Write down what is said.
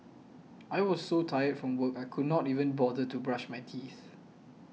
I was so tired from work I could not even bother to brush my teeth